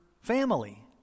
family